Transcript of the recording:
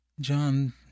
John